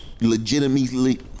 legitimately